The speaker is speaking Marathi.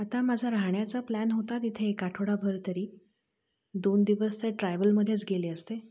आता माझा राहण्याचा प्लॅन होता तिथे एक आठवडा भर तरी दोन दिवस तर ट्रॅव्हल मधेच गेले असते